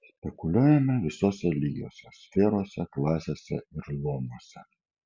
spekuliuojame visuose lygiuose sferose klasėse ir luomuose